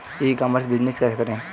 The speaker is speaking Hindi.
ई कॉमर्स बिजनेस कैसे करें?